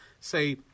say